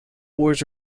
boys